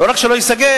לא רק שלא ייסגר,